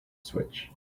switch